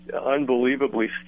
unbelievably